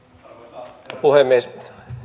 arvoisa herra puhemies